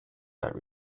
that